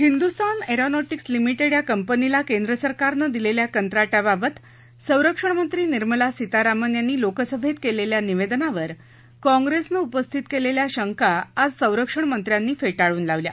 Hindustan aeronautics limited या कंपनीला केंद्र सरकारनं दिलेल्या कंत्राटाबाबत संरक्षणमंत्री निर्मला सीतारामन यांनी लोकसभेत केलेल्या निवेदनावर काँग्रेसनं उपस्थित केलेल्या शंका आज संरक्षणमंत्र्यांनी फेटाळून लावल्या